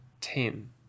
Ten